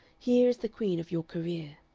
here is the queen of your career